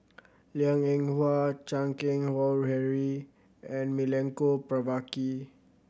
Liang Eng Hwa Chan Keng Howe Harry and Milenko Prvacki